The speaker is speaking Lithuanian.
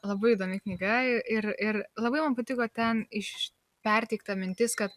labai įdomi knyga ir ir labai man patiko ten iš perteikta mintis kad